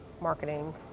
marketing